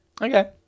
Okay